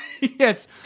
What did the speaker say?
Yes